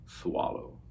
swallow